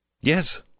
Yes